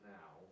now